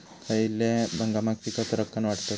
खयल्या हंगामात पीका सरक्कान वाढतत?